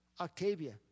Octavia